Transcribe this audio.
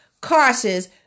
cautious